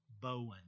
Bowen